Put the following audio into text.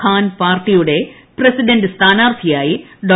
ഖാൻ പാട്ടിയുടെ പ്രസിഡന്റ് സ്ഥാക്ടൂർത്ഥിയായി ഡോ